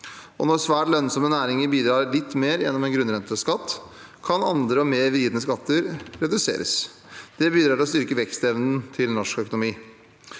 Når svært lønnsomme næringer bidrar litt mer gjennom en grunnrenteskatt, kan andre og mer vridende skatter reduseres. Det bidrar til å styrke vekstevnen til norsk økonomi.